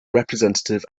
representative